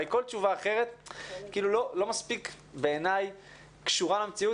הרי כל תשובה אחרת לא מספיק בעיניי קשורה למציאות